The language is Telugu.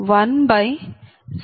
4916 10